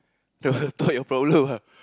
don't wanna talk your problem ah